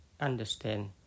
understand